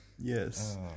Yes